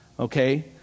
Okay